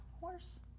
horse